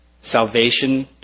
Salvation